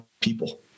people